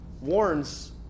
warns